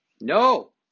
No